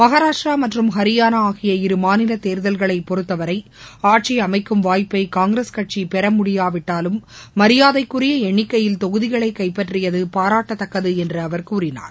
மகராஷ்ட்ரா மற்றும் ஹரியானா ஆகிய இரு மாநில தேர்தல்களை பொறுத்தவரை ஆட்சி அமைக்கும் வாய்ப்பை காங்கிரஸ் கட்சி பெற முடியாவிட்டாலும் மரியாதைக்குரிய எண்ணிக்கையில் தொகுதிகளை கைப்பற்றியது பாரட்டக்கத்தக்கது என்று கூறினார்